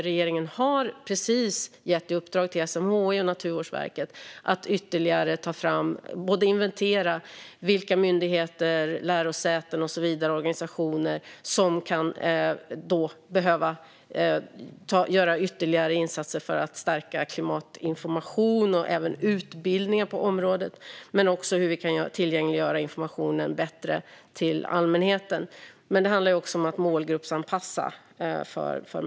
Regeringen har precis gett ett uppdrag till SMHI och Naturvårdsverket att både inventera vilka myndigheter, lärosäten, organisationer och så vidare som kan behöva göra ytterligare insatser för att stärka klimatinformation och utbildning på området och hur vi kan tillgängliggöra informationen bättre till allmänheten. Det handlar också att målgruppsanpassa det hela.